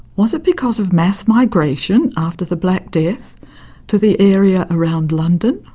was it because of mass migration after the black death to the area around london?